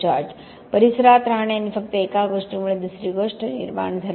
George परिसरात राहणे आणि फक्त एका गोष्टीमुळे दुसरी गोष्ट निर्माण झाली